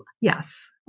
yes